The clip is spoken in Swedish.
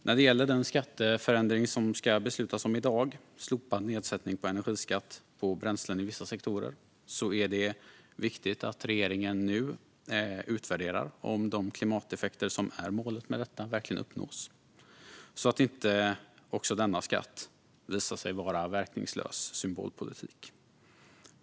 När det gäller den skatteförändring som ska beslutas om i dag, slopad nedsättning av energiskatt på bränslen i vissa sektorer, är det viktigt att regeringen nu utvärderar om de klimateffekter som är målet med denna förändring verkligen uppnås, så att inte också denna skatt visar sig vara verkningslös symbolpolitik.